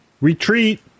Retreat